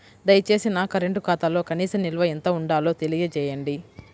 దయచేసి నా కరెంటు ఖాతాలో కనీస నిల్వ ఎంత ఉండాలో తెలియజేయండి